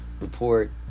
report